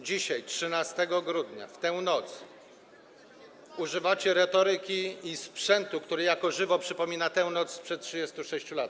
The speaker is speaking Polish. Dzisiaj, 13 grudnia, w tę noc używacie retoryki i sprzętu, który jako żywo przypomina tę noc sprzed 36 lat.